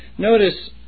Notice